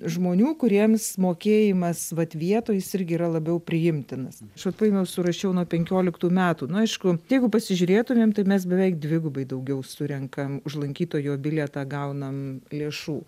žmonių kuriems mokėjimas vat vietoj jis irgi yra labiau priimtinas aš vat paėmiau surašiau nuo penkioliktų metų na aišku jeigu pasižiūrėtumėm tai mes beveik dvigubai daugiau surenkam už lankytojo bilietą gaunam lėšų